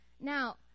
Now